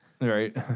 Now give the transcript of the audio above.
Right